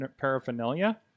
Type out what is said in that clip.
paraphernalia